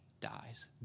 dies